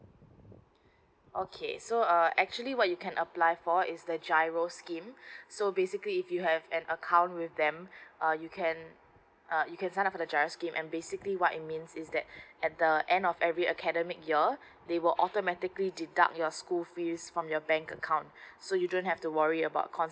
okay so uh actually what you can apply for is the G_I_R_O scheme so basically if you have an account with them uh you can uh you can sign up for the G_I_R_O scheme and basically what it means is that at the end of every academic year they were automatically deduct your school fees from your bank account so you don't have to worry about constantly